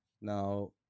Now